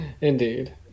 Indeed